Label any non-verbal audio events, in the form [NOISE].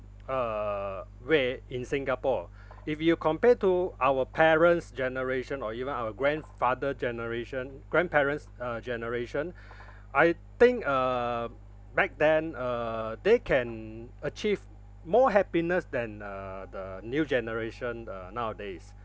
uh where in singapore if you compare to our parents' generation or even our grandfather generation grandparents' uh generation [BREATH] I think uh back then uh they can achieved more happiness than uh the new generation uh nowadays